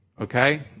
Okay